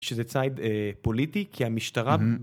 שזה ציד פוליטי כי המשטרה.